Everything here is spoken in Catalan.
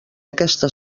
aquesta